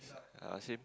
yeah same